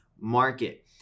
market